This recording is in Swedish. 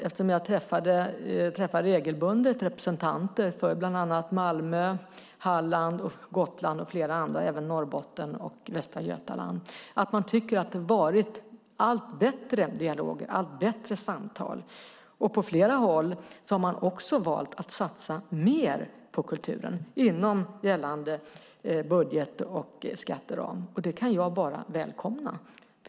Eftersom jag regelbundet träffar representanter för bland annat Malmö, Halland, Gotland, Norrbotten och Västra Götaland och flera andra vet jag att man tycker att det har blivit allt bättre dialoger och allt bättre samtal. På flera håll har man också valt att satsa mer på kulturen inom gällande budget och skatteram. Det kan jag bara välkomna.